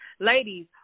Ladies